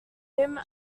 him